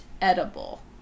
edible